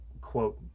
quote